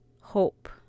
hope